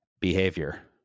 Behavior